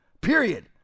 period